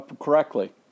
correctly